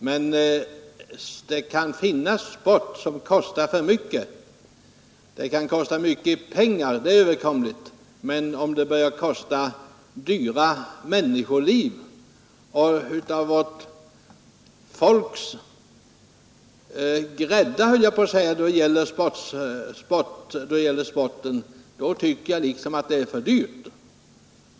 Men det kan finnas sport som kostar för mycket! Om den kostar mycket i pengar är det överkomligt, men om den börjar kosta dyra människoliv, av vårt folks grädda i sporthänseende, är priset för högt.